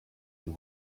you